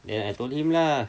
then I told him lah